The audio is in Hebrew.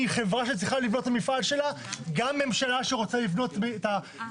מחברה שצריכה לבנות את המפעל שלה.